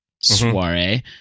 soiree